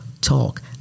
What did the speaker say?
talk